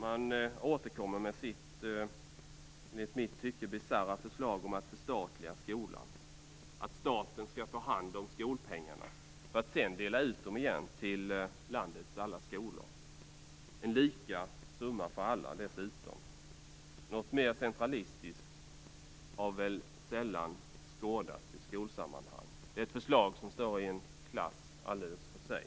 Man återkommer med sitt i mitt tycke bisarra förslag om att förstatliga skolan, att staten skall ta hand om skolpengarna för att sedan dela ut dem igen till landets alla skolor, dessutom samma summa till alla. Något mer centralistiskt har väl sällan skådats i skolsammanhang. Det är ett förslag som står i en klass alldeles för sig